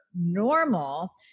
normal